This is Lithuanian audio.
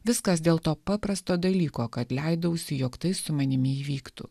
viskas dėl to paprasto dalyko kad leidausi jog tai su manimi įvyktų